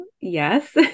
Yes